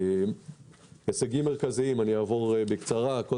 אני אעבור בקצרה על ההישגים המרכזיים.